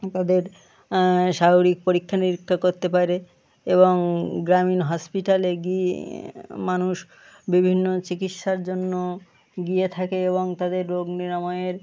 তাদের শারীরিক পরীক্ষা নিরীক্ষা করতে পারে এবং গ্রামীণ হসপিটালে গিয়ে মানুষ বিভিন্ন চিকিৎসার জন্য গিয়ে থাকে এবং তাদের রোগ নিরাময়ের